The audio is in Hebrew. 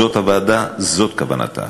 זאת הוועדה, זאת כוונתה.